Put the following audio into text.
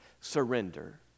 surrender